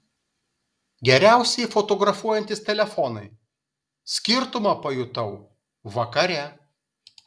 geriausiai fotografuojantys telefonai skirtumą pajutau vakare